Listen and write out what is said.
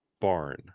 barn